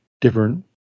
different